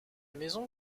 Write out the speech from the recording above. maison